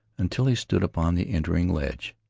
until he stood upon the entering ledge.